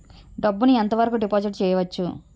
డబ్బు ను ఎంత వరకు డిపాజిట్ చేయవచ్చు?